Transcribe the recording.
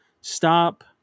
stop